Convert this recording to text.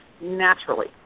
naturally